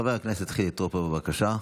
חבר הכנסת חילי טרופר, בבקשה.